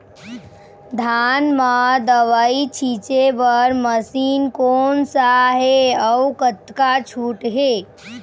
धान म दवई छींचे बर मशीन कोन सा हे अउ कतका छूट हे?